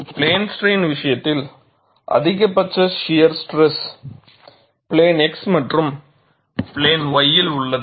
plane strain விஷயத்தில் அதிகபட்ச shear stress plane x மற்றும் பிளேன் y ல் உள்ளது